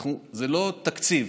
זה לא תקציב.